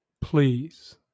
please